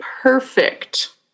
perfect